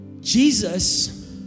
Jesus